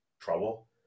trouble